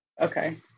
Okay